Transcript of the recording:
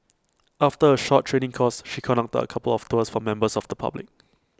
after A short training course she conducted A couple of tours for members of the public